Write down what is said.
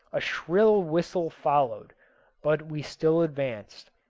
a shrill whistle followed but we still advanced,